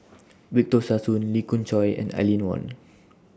Victor Sassoon Lee Khoon Choy and Aline Wong